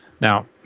Now